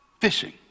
fishing